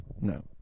No